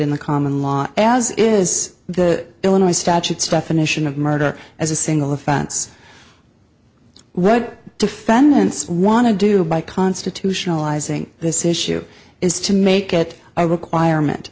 in the common law as is the illinois statutes definition of murder as a single offense what defendants want to do by constitutional izing this issue is to make it i require meant